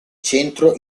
centro